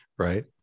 Right